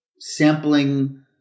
Sampling